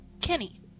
Kenny